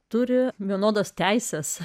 turi vienodas teises